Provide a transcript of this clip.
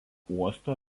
uosto